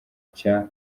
cya